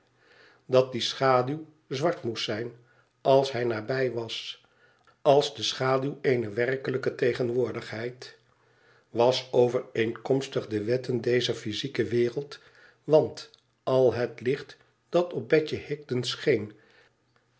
dat die schaduw zwart moest zijn als hij nabij was als de schaduw eener werkelijke tegenwoordigheid was overeenkomstig de wetten dezer physieke wereld want al het licht dat op betje higden scheen